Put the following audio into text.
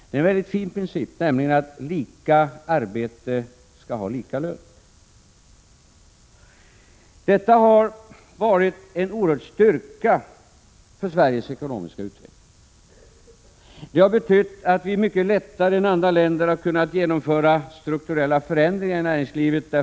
Den bygger på en fin princip, nämligen att lika arbete skall ge lika lön. Denna politik har varit en oerhörd styrka för Sveriges ekonomiska utveckling. Den har betytt att vårt land mycket lättare än andra länder har kunnat genomföra strukturella förändringar i näringslivet.